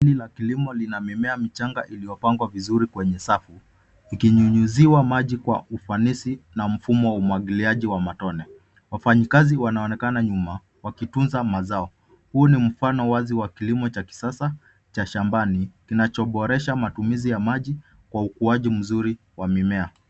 Ardhi ya kilimo ina mimea michanga iliyopangwa vizuri kwenye safu, ikinyunyuziwa maji kwa ufanisi na mfumo wa umwagiliaji wa matone. Wafanyakazi wanaonekana nyuma wakitunza mazao. Huu ni mfano wazi wa kilimo cha kisasa cha shambani kinachoboresha matumizi ya maji kwa ukuaji mzuri wa mimea.